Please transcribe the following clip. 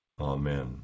Amen